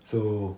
so